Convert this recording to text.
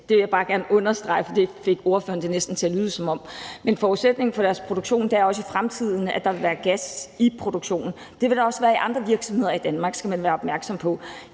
det vil jeg bare gerne understrege, for det fik spørgeren det næsten til at lyde som. Men forudsætningen for deres produktion er også i fremtiden, at der vil være gas i produktionen. Det vil der også være i andre virksomheder i Danmark, skal man være opmærksom på.